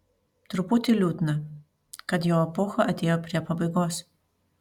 truputį liūdna kad jo epocha atėjo prie pabaigos